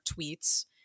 tweets